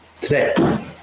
today